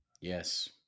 Yes